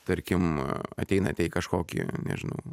tarkim ateinate į kažkokį nežinau